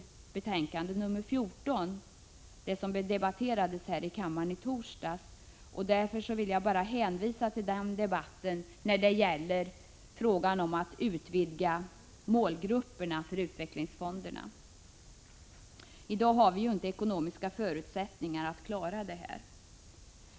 1985/86:124 i näringsutskottets betänkande nr 14, som debatterades här i kammaren i 23 april 1986 torsdags. Därför vill jag bara hänvisa till den debatten när det gäller frågan om att utvidga målgrupperna för utvecklingsfonderna. I dag har vi inte ekonomiska förutsättningar för att klara en utvidgning.